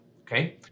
okay